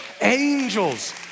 angels